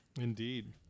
Indeed